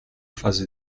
fase